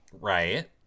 Right